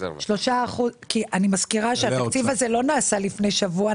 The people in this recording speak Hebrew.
אני מזכירה שהתקציב הזה לא נעשה לפני שבוע,